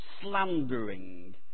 slandering